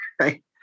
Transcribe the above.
right